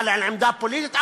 אבל על עמדה פוליטית?